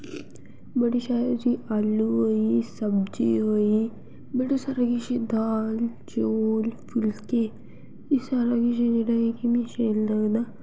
बड़ी शैल जी आलू होई सब्जी होई बड़े सारा किश दाल चोल फुल्के एह् सारा किश जेह्ड़ा ऐ कि मिं शैल लगदा